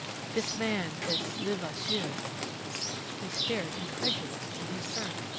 this man this levasseur. he stared, incredulous in his turn.